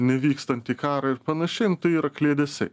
nevykstantį karą ir panašiai nu tai yra kliedesiai